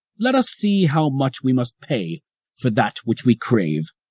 let us see how much we must pay for that which we crave.